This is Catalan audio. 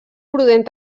prudent